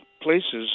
places